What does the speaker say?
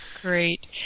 great